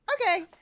Okay